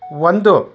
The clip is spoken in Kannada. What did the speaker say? ಒಂದು